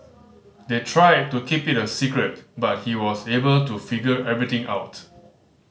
they tried to keep it a secret but he was able to figure everything out